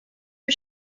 was